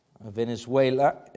Venezuela